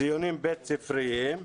ציונים בית-ספריים,